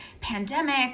pandemic